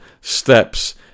steps